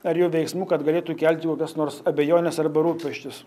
ar jų veiksmų kad galėtų kelti kokias nors abejones arba rūpesčius